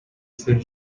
سری